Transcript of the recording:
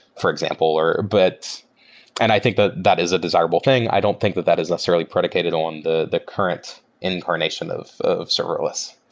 for example. but and i think but that is a desirable thing. i don't think that that is necessarily predicated on the the current incarnation of of serverless.